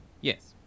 Yes